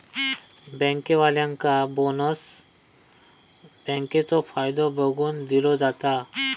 बँकेवाल्यांका बोनस बँकेचो फायदो बघून दिलो जाता